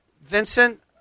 Vincent